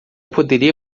poderia